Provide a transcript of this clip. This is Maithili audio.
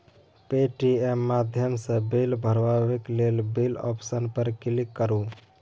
पे.टी.एम माध्यमसँ बिल भरबाक लेल बिल आप्शन पर क्लिक करु